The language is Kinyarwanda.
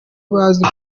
bazi